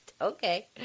Okay